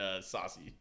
Saucy